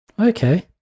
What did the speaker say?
Okay